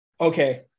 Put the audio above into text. okay